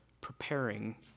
preparing